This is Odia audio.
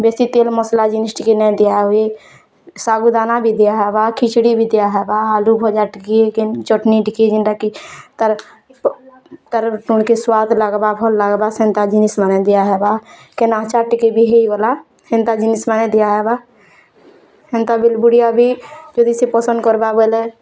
ବେଶୀ ତେଲ୍ ମସଲା ଜିନିଷ୍ ଟିକେ ନାଇ ଦିଆହୁଏ ସାଗୁଦାନା ବି ଦିଆହେବା ଖେଚିଡ଼ି ବି ଦିଆହେବା ଆଳୁ ଭଜା ଟିକେ କେନ୍ ଚଟ୍ନି ଟିକେ ଯେନ୍ତା କି ତାର୍ ତାର୍ କେ ସୁଆଦ୍ ଲାଗ୍ବା ଭଲ୍ ଲାଗବା ସେନ୍ତା ଜିନିଷ୍ ମାନେ ଦିଆ ହେବା କେନ୍ ଆଚାର୍ ଟିକେ ବି ହେଇଗଲା ହେନ୍ତା ଜିନିଷ୍ ମାନେ ବି ଦିଆହେବା ହେନ୍ତା ବୁଢ଼ୀଆ ବି ଯଦି ସେ ପସନ୍ଦ କର୍ବା ବୋଇଲେ